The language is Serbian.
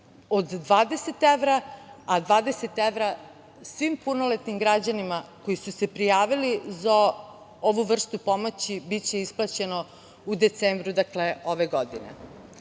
od 20 evra, a 20 evra svim punoletnim građanima koji su se prijavili za ovu vrstu pomoći biće isplaćeno u decembru ove godine. Ono